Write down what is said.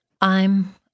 I'm